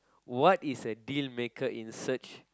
what is a dealmaker in search